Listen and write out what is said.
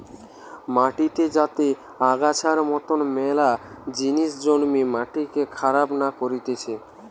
মাটিতে যাতে আগাছার মতন মেলা জিনিস জন্মে মাটিকে খারাপ না করতিছে